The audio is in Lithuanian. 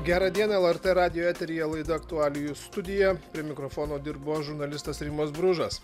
gerą dieną lrt radijo eteryje laida aktualijų studija prie mikrofono dirbu aš žurnalistas rimas bružas